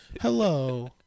Hello